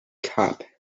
cup